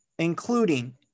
including